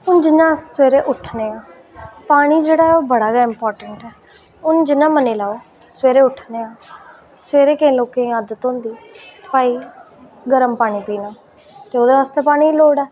जि'यां अस सवेरे उट्ठने पानी जेह्ड़ा ऐ बड़ा गै इंपार्टैंट ऐ हून जि'यां मन्नी लैओ सवैरै उट्ठने आं सवेरै केईं लोकें ई आदत होंदी भाई गर्म पानी पीना ते ओह्दे आस्तै पानी दी लोड़ ऐ